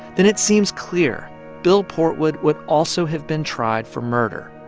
then it seems clear bill portwood would also have been tried for murder.